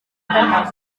renang